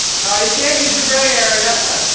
no, you can't use the gray area.